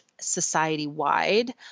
society-wide